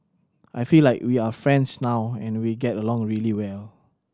I feel like we are friends now and we get along really well